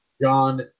John